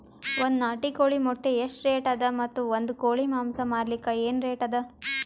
ಒಂದ್ ನಾಟಿ ಕೋಳಿ ಮೊಟ್ಟೆ ಎಷ್ಟ ರೇಟ್ ಅದ ಮತ್ತು ಒಂದ್ ಕೋಳಿ ಮಾಂಸ ಮಾರಲಿಕ ಏನ ರೇಟ್ ಅದ?